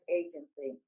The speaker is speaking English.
agency